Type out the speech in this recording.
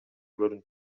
көрүнүп